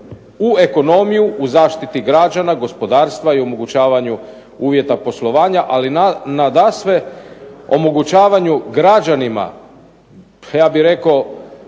u ekonomiju u zaštiti građana, gospodarstva i omogućavanju uvjeta poslovanja, ali nadasve omogućavanju građanima, ja bih rekao